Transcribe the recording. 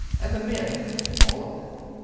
and the men all of them.